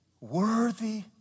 worthy